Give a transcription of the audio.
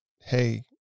hey